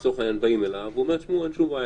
לצורך העניין באים אליו והוא אומר: אין שום בעיה,